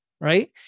right